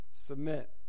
Submit